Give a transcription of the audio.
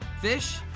fish